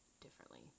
differently